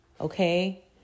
Okay